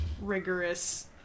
rigorous